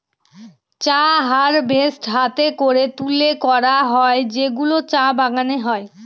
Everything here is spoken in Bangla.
চা হারভেস্ট হাতে করে তুলে করা হয় যেগুলো চা বাগানে হয়